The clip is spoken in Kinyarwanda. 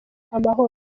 amahoro